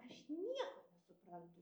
aš nieko nesuprantu